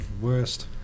worst